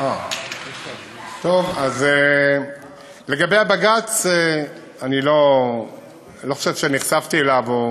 טוב, אז לגבי הבג"ץ, אני לא חושב שנחשפתי אליו.